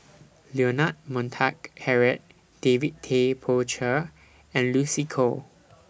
Leonard Montague Harrod David Tay Poey Cher and Lucy Koh